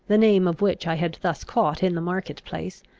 the name of which i had thus caught in the market-place,